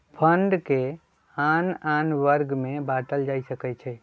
fund के आन आन वर्ग में बाटल जा सकइ छै